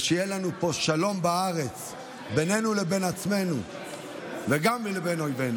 ושיהיה לנו פה שלום בארץ בינינו לבין עצמנו וגם בינינו לבין אויבינו.